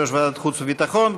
יושב-ראש ועדת החוץ והביטחון.